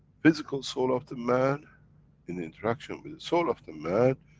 physical soul of the man in interaction with the soul of the man,